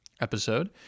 episode